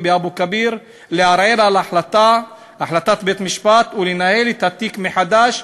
באבו-כביר לערער על החלטת בית-המשפט ולנהל את התיק מחדש.